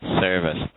service